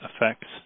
effects